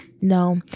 no